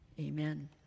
Amen